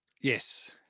Yes